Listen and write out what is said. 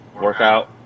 workout